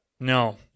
No